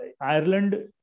Ireland